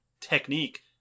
technique